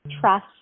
trust